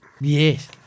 Yes